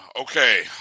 Okay